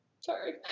sorry